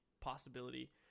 possibility